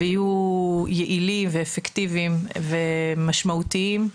ויהיה יעילים ואפקטיביים ומשמעותיים.